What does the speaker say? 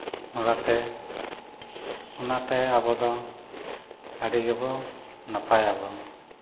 ᱚᱱᱟᱛᱮ ᱚᱱᱟᱛᱮ ᱟᱵᱚᱫᱚ ᱟᱹᱰᱤ ᱜᱮᱵᱚ ᱱᱟᱯᱟᱭᱟᱵᱚ